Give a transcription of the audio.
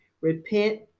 Repent